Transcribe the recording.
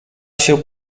się